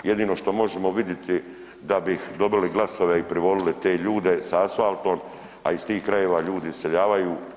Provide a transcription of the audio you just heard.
Jedino što možemo vidjeti da bi dobili glasove i privolili te ljude sa asfaltom, a iz tih krajeva ljudi se iseljavaju.